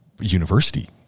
university